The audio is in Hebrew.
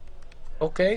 אוקיי.